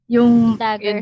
Yung